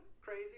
Crazy